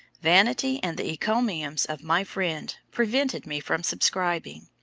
vanity, and the encomiums of my friend, prevented me from subscribing.